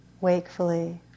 wakefully